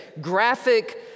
graphic